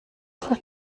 frère